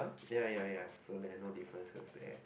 ya ya ya so there are no differences there